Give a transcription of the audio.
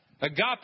Agape